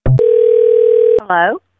Hello